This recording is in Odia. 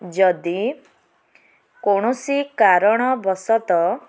ଯଦି କୌଣସି କାରଣବଶତଃ